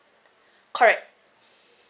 correct